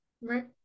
Right